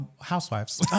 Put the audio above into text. Housewives